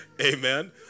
Amen